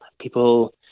People